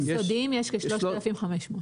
יסודיים יש כ-3,500.